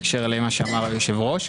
בהמשך למה שאמר היושב-ראש.